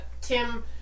Tim